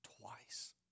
twice